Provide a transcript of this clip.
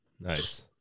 Nice